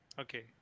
Okay